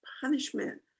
punishment